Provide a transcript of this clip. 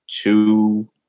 two